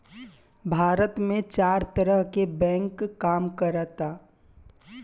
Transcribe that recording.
भारत में चार तरह के बैंक काम करऽता